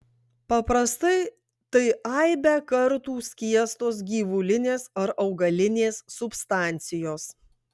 paprastai tai aibę kartų skiestos gyvulinės ar augalinės substancijos